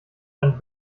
ein